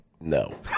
No